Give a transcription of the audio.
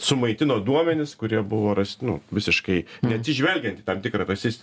sumaitino duomenis kurie buvo rasti nu visiškai neatsižvelgiant į tam tikrą rasist